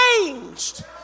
changed